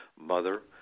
mother